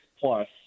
plus